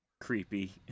creepy